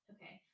Okay